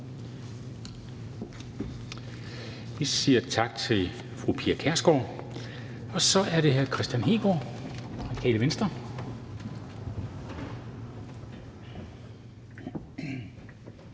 Vi siger tak til fru Pia Kjærsgaard, og så er det hr. Kristian Hegaard, Radikale Venstre.